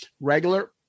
regular